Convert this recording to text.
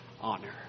honor